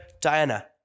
Diana